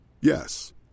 Yes